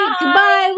goodbye